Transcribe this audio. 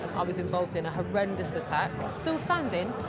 i was involved in a horrendous attack, still standing,